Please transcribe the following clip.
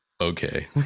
Okay